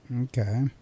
okay